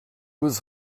was